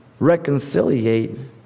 reconciliate